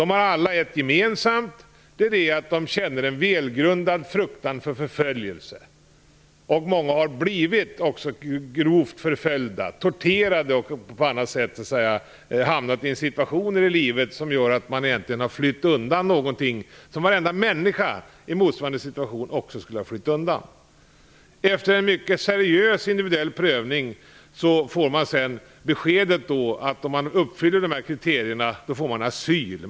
De har alla ett gemensamt, nämligen att de känner en välgrundad fruktan för förföljelse. Många har blivit grovt förföljda och torterade. De har hamnat i svåra situationer i livet och flytt undan någonting som varenda människa i motsvarande situation skulle ha flytt undan. Efter en mycket seriös och individuell prövning får de asylsökande sedan ett besked. Om de uppfyller kriterierna får de asyl.